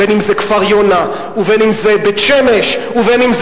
בין שזה כפר-יונה ובין שזה בית-שמש ובין שזה